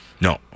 No